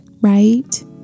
right